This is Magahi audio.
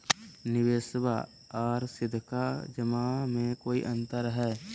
निबेसबा आर सीधका जमा मे कोइ अंतर हय?